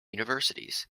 universities